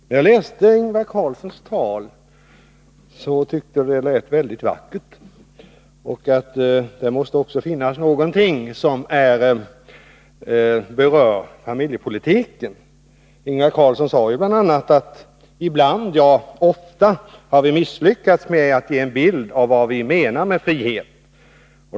När jag läste Ingvar Carlssons tal tyckte jag det lät mycket vackert, och jag tänkte att där måste väl också finnas någonting som berör familjepolitiken. Ingvar Carlsson sade ju bl.a.: Ibland, ja ofta, har vi misslyckats med att ge en bild av vad vi menar med frihet.